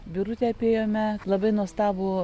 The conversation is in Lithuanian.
birute apėjome labai nuostabų